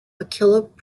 mackillop